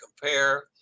compare